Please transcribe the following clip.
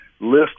list